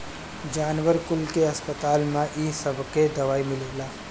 जानवर कुल के अस्पताल में इ सबके दवाई मिलेला